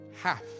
Half